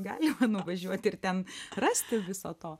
galima nuvažiuoti ir ten rasti viso to